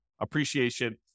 appreciation